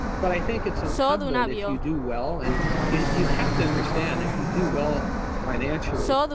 but i think it's incumbent if you do well, and you have to understand, if you do well financially,